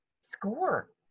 score